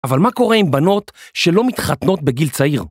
אבל מה קורה עם בנות שלא מתחתנות בגיל צעיר?